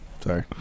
Sorry